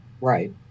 Right